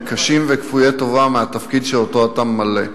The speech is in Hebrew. קשים וכפויי טובה כתפקיד שאותו אתה ממלא.